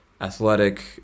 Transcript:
athletic